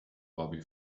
bobby